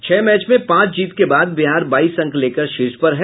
छह मैच में पांच जीत के बाद बिहार बाईस अंक लेकर शीर्ष पर है